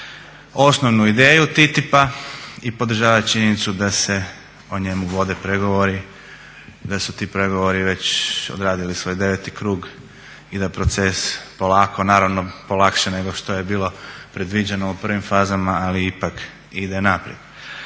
osnovnu ideju TTIP-a i podržava činjenicu da se o njemu vode pregovori i da su ti pregovori već odradili svoj 9.-ti krug i da proces polako, naravno polakše nego što je bilo predviđeno u prvim fazama ali ipak ide naprijed.